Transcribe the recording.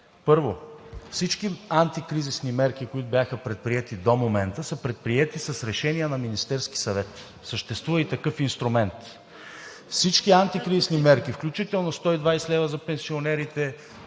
Първо, всички антикризисни мерки, които бяха предприети до момента, са предприети с решение на Министерския съвет. Съществува и такъв инструмент. Всички антикризисни мерки, включително 120 лв. за пенсионерите,